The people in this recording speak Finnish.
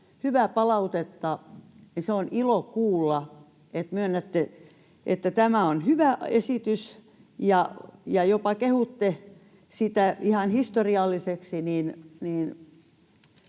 hyvää palautetta, on ilo kuulla. Myönnätte, että tämä on hyvä esitys, ja jopa kehutte sitä ihan historialliseksi,